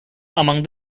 among